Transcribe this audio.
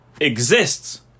exists